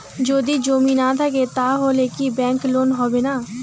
যদি জমি না থাকে তাহলে কি ব্যাংক লোন হবে না?